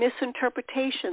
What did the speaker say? misinterpretations